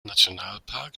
nationalpark